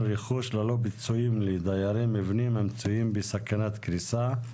רכוש ללא פיצויים לדיירי מבנים המצויים בסכנת קריסה,